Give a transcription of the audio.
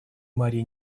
марья